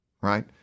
right